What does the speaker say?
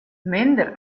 minder